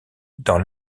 dans